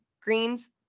Green's